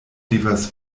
devas